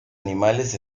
animales